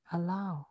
Allow